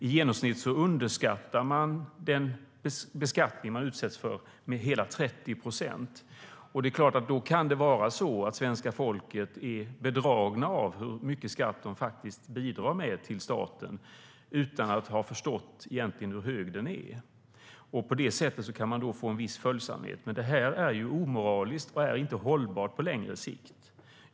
I genomsnitt underskattar de den beskattning de utsätts för med hela 30 procent. Då kan det vara så att svenska folket är bedraget om hur mycket skatt de faktiskt bidrar med till staten, utan att ha förstått hur hög den är. På det sättet kan man få en viss följsamhet. Men detta är omoraliskt och inte hållbart på längre sikt.